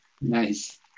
Nice